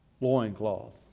loincloth